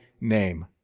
name